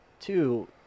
two